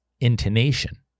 intonation